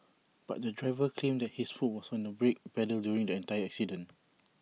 but the driver claimed that his foot was on the brake pedal during the entire accident